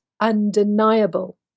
undeniable